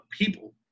people